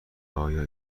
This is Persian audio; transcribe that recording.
آیا